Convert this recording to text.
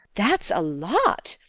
that's a lot!